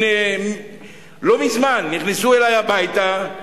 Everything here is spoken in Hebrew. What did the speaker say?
לא מזמן נכנסו אלי הביתה,